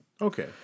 Okay